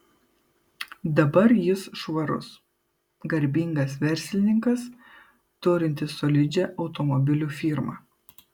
dabar jis švarus garbingas verslininkas turintis solidžią automobilių firmą